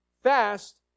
fast